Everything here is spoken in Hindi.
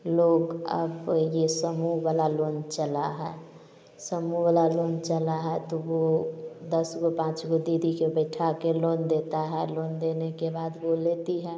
लोग अब ये समूह वाला लोन चला है समूह वाला लोन चला है तो वो दस गो पाँच गो दीदी के बैठा के लोन देता है लोन देने के बाद वो लेती है